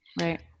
Right